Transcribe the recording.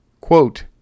quote